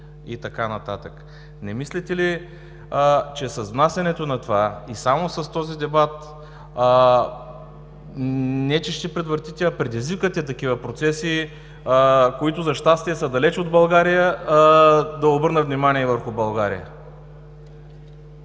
Не мислите ли, че с внасянето на това и само с този дебат не че ще предотвратите, а предизвиквате такива процеси, които, за щастие, са далече от България, а да обърна внимание – и върху България.